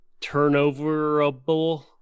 turnoverable